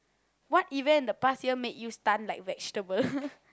what event in the past year make you stun like vegetable